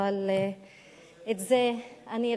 אבל את זה אני אראה.